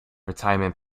retirement